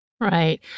Right